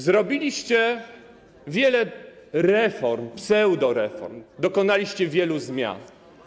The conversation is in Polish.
Zrobiliście wiele reform, pseudoreform, dokonaliście wielu zmian.